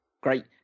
great